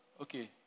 Okay